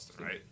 right